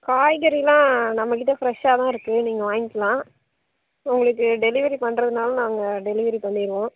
காய்கறியெல்லாம் நம்ம கிட்டே ஃப்ரெஷ்ஷாக தான் இருக்குது நீங்கள் வாங்கிக்கலாம் உங்களுக்கு டெலிவெரி பண்ணுறதுனாலும் நாங்கள் டெலிவெரி பண்ணிடுவோம்